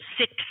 six